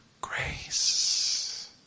grace